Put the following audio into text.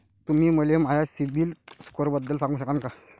तुम्ही मले माया सीबील स्कोअरबद्दल सांगू शकाल का?